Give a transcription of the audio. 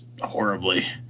horribly